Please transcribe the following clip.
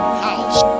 house